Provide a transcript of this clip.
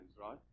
right